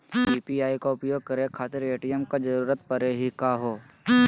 UPI के उपयोग करे खातीर ए.टी.एम के जरुरत परेही का हो?